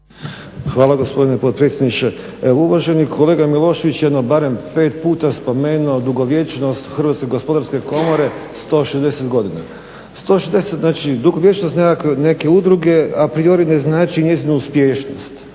Hvala gospodine potpredsjedniče. Uvaženi kolega Milošević je jedno barem pet puta spomenuo dugovječnost Hrvatske gospodarske komore 160 godina. Znači, dugovječnost neke udruge a priori ne znači njezinu uspješnost.